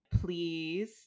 please